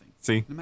see